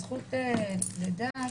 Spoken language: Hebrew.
הזכות לדת,